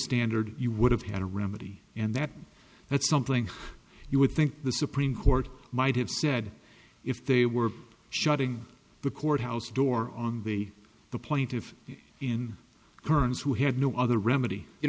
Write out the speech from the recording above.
standard you would have had a remedy and that that's something you would think the supreme court might have said if they were shutting the courthouse door on the the plaintiff in kearns who had no other remedy you